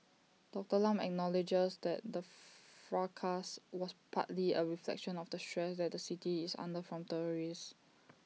Doctor Lam acknowledges that the fracas was partly A reflection of the stress that the city is under from tourists